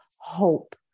hope